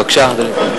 בבקשה.